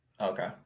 Okay